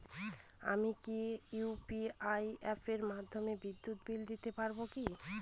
আমি কি ইউ.পি.আই অ্যাপের মাধ্যমে বিদ্যুৎ বিল দিতে পারবো কি?